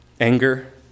anger